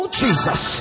jesus